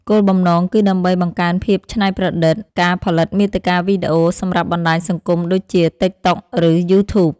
គោលបំណងគឺដើម្បីបង្កើនភាពច្នៃប្រឌិតក្នុងការផលិតមាតិកាវីដេអូសម្រាប់បណ្ដាញសង្គមដូចជា តិក តុក ឬ យូធូប។